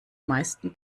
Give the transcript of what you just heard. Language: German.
meisten